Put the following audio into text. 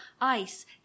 ice